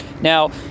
Now